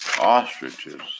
ostriches